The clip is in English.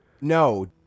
No